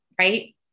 Right